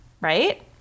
right